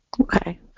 okay